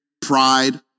pride